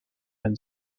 and